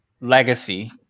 legacy